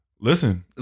Listen